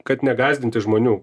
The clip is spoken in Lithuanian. kad negąsdinti žmonių